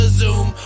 zoom